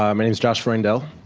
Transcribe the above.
um my name is josh frandell,